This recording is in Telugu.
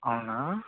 అవునా